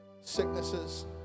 sicknesses